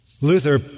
Luther